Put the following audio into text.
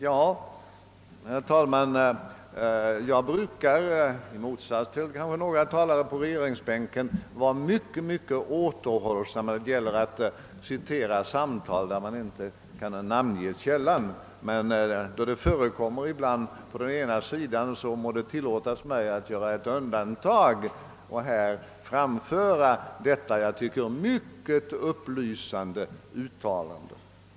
Jag brukar, kanske i motsats till några talare på regeringsbänken, vara mycket återhållsam när det gäller att citera samtal där man inte kan namnge källan, men då det förekommer ibland på den sidan, må det tillåtas mig att göra ett undantag och här återge detta enligt min mening mycket upplysande uttalande.